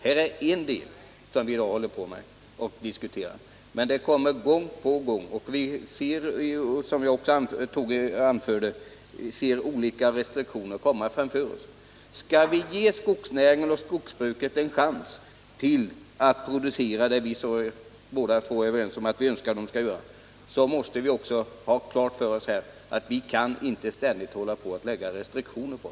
Här diskuterar vi en restriktion, men vi ser, som jag sade. andra restriktioner komma. Vill vi ge skogsbruket en chans att producera som vi båda önskar, måste vi också ha klart för oss att man inte ständigt kan ålägga skogsbruket restriktioner.